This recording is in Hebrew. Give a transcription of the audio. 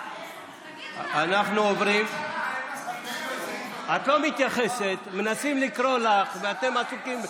את לא מתייחסת, מנסים לקרוא לך, ואתם עסוקים,